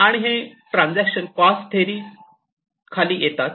आणि हे transaction cost थेअरीच्याखाली येतात